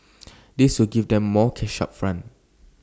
this will give them more cash up front